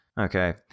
Okay